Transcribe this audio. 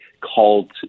called